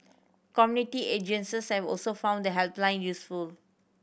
community agencies have also found the helpline useful